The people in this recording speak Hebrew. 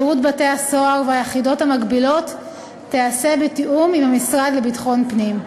שירות בתי-הסוהר והיחידות המקבילות תיעשה בתיאום עם המשרד לביטחון פנים.